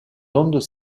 ondes